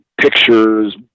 pictures